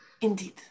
Indeed